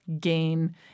gain